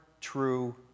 true